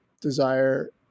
desire